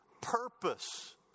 purpose